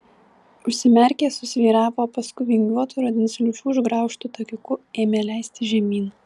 užsimerkė susvyravo o paskui vingiuotu rudens liūčių išgraužtu takiuku ėmė leistis žemyn